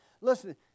Listen